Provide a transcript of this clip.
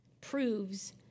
proves